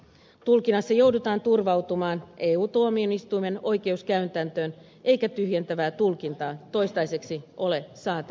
tulkinnassa joudutaan turvautumaan ey tuomioistuimen oikeuskäytäntöön eikä tyhjentävää tulkintaa toistaiseksi ole saatavissa